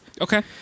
Okay